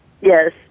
Yes